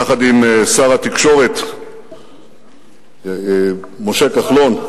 יחד עם שר התקשורת משה כחלון,